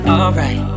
Alright